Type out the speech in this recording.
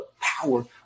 power